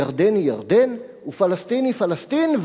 ירדן היא ירדן, ופלסטין היא פלסטין.